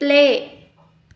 play